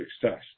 success